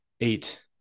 eight